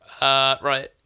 Right